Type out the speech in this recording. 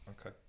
Okay